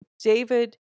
David